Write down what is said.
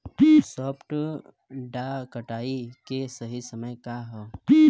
सॉफ्ट डॉ कटाई के सही समय का ह?